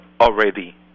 already